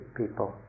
people